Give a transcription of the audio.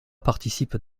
participent